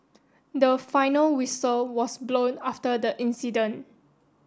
the final whistle was blown after the incident